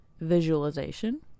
visualization